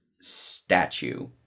statue